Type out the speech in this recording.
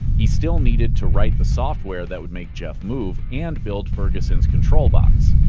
he still needed to write the software that would make geoff move, and build ferguson's control box.